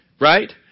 Right